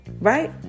right